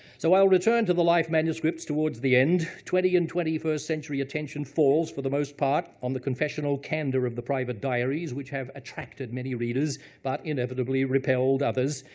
so i will return to the life manuscripts towards the end. twenty and twenty first century attention falls, for the most part, on the confessional candor of the private diaries, which have attracted many readers but, inevitably, repelled others.